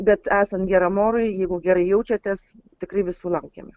bet esant geram orui jeigu gerai jaučiatės tikrai visų laukiame